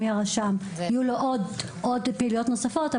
ואם יהיה רשם אז יהיו לו עוד פעילויות נוספות.